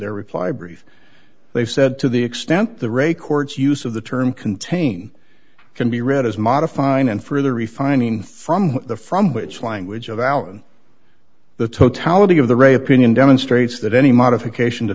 their reply brief they said to the extent the records use of the term contain can be read as modifying and further refining from the from which language of alan the totality of the ray opinion demonstrates that any modification